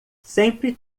sempre